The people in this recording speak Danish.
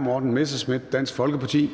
Morten Messerschmidt (DF):